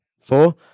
four